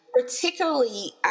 particularly